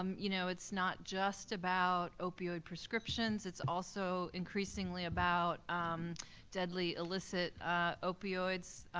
you know it's not just about opioid prescriptions, it's also increasingly about deadly, illicit opioids.